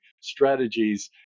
strategies